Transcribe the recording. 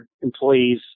employees